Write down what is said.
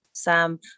Sam